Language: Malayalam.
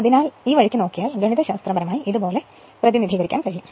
അതിനാൽ ഈ വഴിക്ക് ഗണിതശാസ്ത്രപരമായി ഇതുപോലെ പ്രതിനിധീകരിക്കാൻ കഴിയും